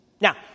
Now